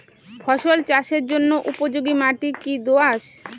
ফসল চাষের জন্য উপযোগি মাটি কী দোআঁশ?